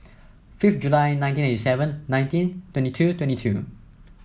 fifth July nineteen eighty seven nineteen twenty two twenty two